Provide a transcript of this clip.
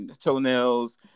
toenails